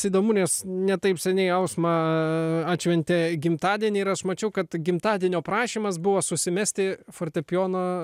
įdomu nes ne taip seniai jausmą atšventė gimtadienį ir aš mačiau kad gimtadienio prašymas buvo susimesti fortepijono